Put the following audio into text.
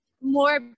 more